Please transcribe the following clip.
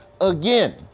again